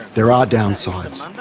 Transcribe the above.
there are downsides.